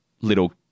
little